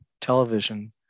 television